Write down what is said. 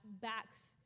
backs